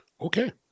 Okay